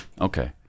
Okay